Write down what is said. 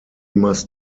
must